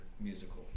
musical